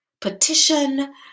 petition